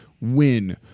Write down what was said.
win